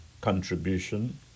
contribution